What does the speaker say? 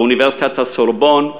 באוניברסיטת סורבון,